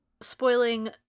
spoiling